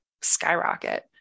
skyrocket